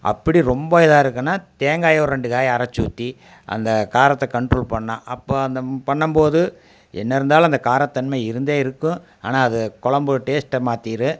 அப்படி ரொம்ப இதாக இருக்குதுன்னா தேங்காயை ஒரு ரெண்டு காயை அரைச்சி ஊற்றி அந்த காரத்தை கண்ட்ரோல் பண்ணால் அப்போது அந்தம் பண்ணும்போது என்ன இருந்தாலும் அந்த கார தன்மை இருந்தே இருக்கும் ஆனால் அது குழம்பு டேஸ்ட்டை மாத்திடும்